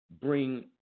bring